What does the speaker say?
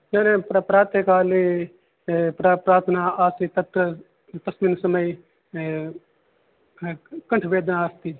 प्रातःकाले प्र प्रार्थना आसीत् तत्र तस्मिन् समये कण्ठवेदना अस्ति